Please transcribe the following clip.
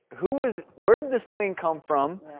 who is where did this plane come from?